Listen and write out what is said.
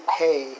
pay